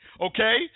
okay